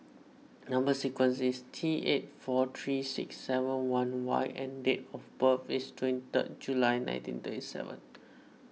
Number Sequence is T eight four three six seven one Y and date of birth is twenty third July nineteen thirty seven